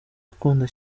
akunda